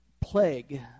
plague